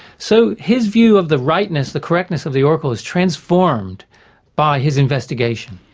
so his view of the rightness, the correctness of the oracle is transformed by his investigation,